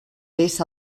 bes